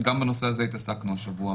גם בנושא הזה עסקנו השבוע.